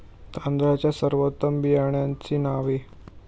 तांदळाच्या सर्वोत्तम बियाण्यांची नावे?